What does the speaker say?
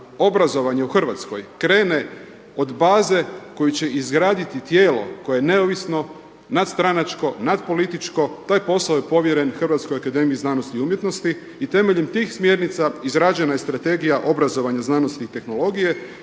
obrazovanje u Hrvatskoj krene od baze koju će izgraditi tijelo koje je neovisno, nadstranačko, natpolitičko, taj posao je povjeren Hrvatskoj akademiji znanosti i umjetnosti i temeljem tih smjernica izrađena je Strategija obrazovanja, znanosti i tehnologije